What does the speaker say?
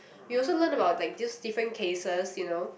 we also learn about like just different cases you know